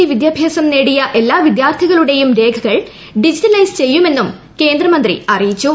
E വിദ്യാഭ്യാസം നേടിയ എല്ലാ വിദ്യാർത്ഥികളുടെയും രേഖകൾ ഡിജിറ്റലൈസ് ചെയ്യുമെന്നും മന്ത്രി അറിയിച്ചു